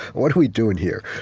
what are we doing here?